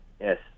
Yes